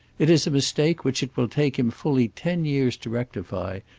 it is a mistake which it will take him fully ten years to rectify,